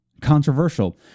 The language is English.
Controversial